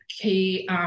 key